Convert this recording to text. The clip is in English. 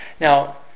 Now